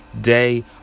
day